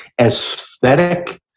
aesthetic